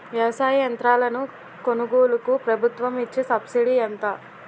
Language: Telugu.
వ్యవసాయ యంత్రాలను కొనుగోలుకు ప్రభుత్వం ఇచ్చే సబ్సిడీ ఎంత?